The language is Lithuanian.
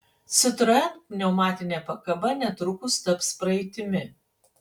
citroen pneumatinė pakaba netrukus taps praeitimi